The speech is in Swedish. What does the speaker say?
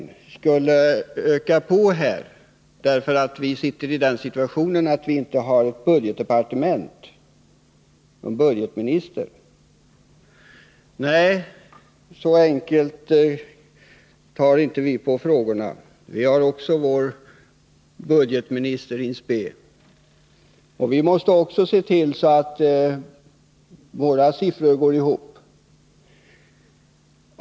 Vi skulle alltså kunna föreslå ökningar bara för att vi befinner oss i den situationen att vi inte har något budgetdepartement eller någon budgetminister. Nej, så lätt tar vi inte på frågorna. Vi har vår budgetminister in spe, och också vi måste se till att våra siffror går ihop.